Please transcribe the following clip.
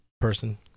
Person